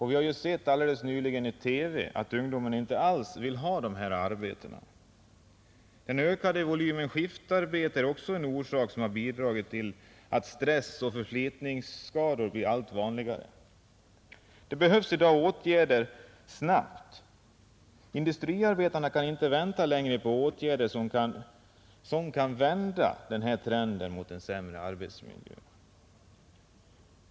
Vi såg nyligen i TV, att ungdomen inte alls vill ha dessa arbeten. Den ökade volymen skiftarbete har också bidragit till att stress och förslitningsskador blir allt vanligare. Det behövs i dag åtgärder snabbt — industriarbetarna kan inte vänta längre på åtgärder som kan vända den här trenden mot en sämre arbetsmiljö.